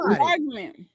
argument